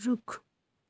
रुख